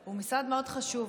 שהוא משרד מאוד חשוב,